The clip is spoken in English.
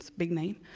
big name.